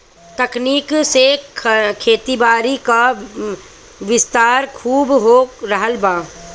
तकनीक से खेतीबारी क विस्तार खूब हो रहल बा